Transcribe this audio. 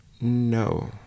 No